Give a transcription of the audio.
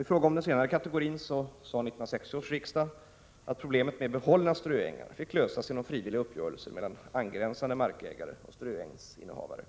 I fråga om den senare kategorin uttalade 1960 års riksdag att problemet med behållna ströängar fick lösas genom frivilliga uppgörelser mellan angränsande markägare och ströängsinnehavare.